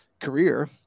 career